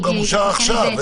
היא תתקן את זה --- לא,